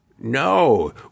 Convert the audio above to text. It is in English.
No